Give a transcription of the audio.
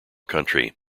country